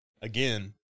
again